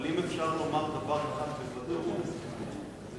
אבל אם אפשר לומר דבר אחד בוודאות, זה